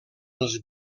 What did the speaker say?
els